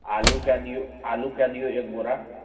आलू कै दिऔ आलू कै दिऔ एक बोरा